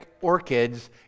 orchids